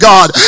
God